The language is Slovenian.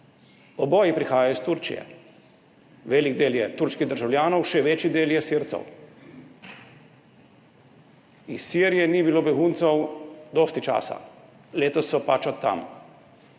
Oboji prihajajo iz Turčije, velik del je turških državljanov, še večji del je Sircev. Iz Sirije ni bilo beguncev dolgo časa, letos so pač od tam.